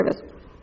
service